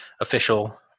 official